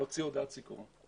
עובדים סוציאליים,